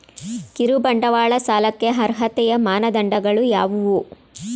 ಕಿರುಬಂಡವಾಳ ಸಾಲಕ್ಕೆ ಅರ್ಹತೆಯ ಮಾನದಂಡಗಳು ಯಾವುವು?